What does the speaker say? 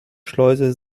schleuse